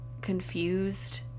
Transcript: confused